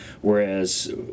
Whereas